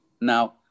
Now